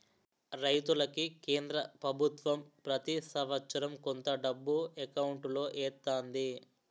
రైతులకి కేంద్ర పభుత్వం ప్రతి సంవత్సరం కొంత డబ్బు ఎకౌంటులో ఎత్తంది